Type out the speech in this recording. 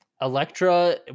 electra